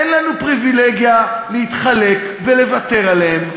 אין לנו פריבילגיה להתחלק ולוותר עליהם,